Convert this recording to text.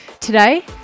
Today